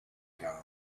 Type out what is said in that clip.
tom